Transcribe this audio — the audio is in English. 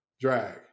drag